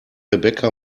rebecca